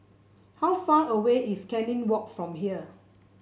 how far away is Canning Walk from here